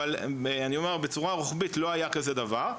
אבל בצורה רוחבית לא היה כזה דבר,